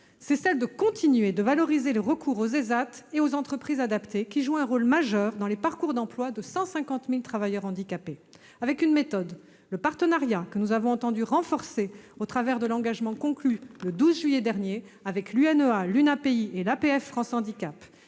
est de continuer à valoriser le recours aux ÉSAT et aux entreprises adaptées, qui jouent un rôle majeur dans les parcours d'emploi de 150 000 travailleurs handicapés. La méthode repose sur le partenariat, que nous avons entendu renforcer au travers de l'engagement conclu le 12 juillet dernier avec l'Union nationale des